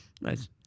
Nice